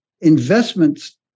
investments